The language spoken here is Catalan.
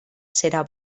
serà